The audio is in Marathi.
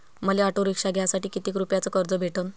मले ऑटो रिक्षा घ्यासाठी कितीक रुपयाच कर्ज भेटनं?